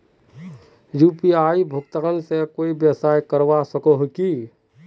UPI भुगतान से कोई व्यवसाय करवा सकोहो ही?